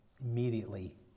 immediately